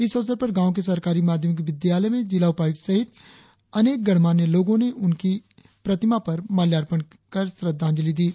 इस अवसर पर गांव के सरकारी माध्यमिक विद्यालय में जिला उपायुक्त सहित अनेक गणमान्य लोगो में उनकी मुर्ति पर माल्यार्पण कर श्रद्धांजलि अर्पित की